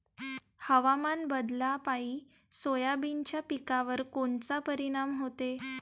हवामान बदलापायी सोयाबीनच्या पिकावर कोनचा परिणाम होते?